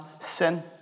sin